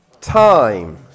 time